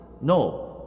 no